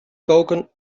koken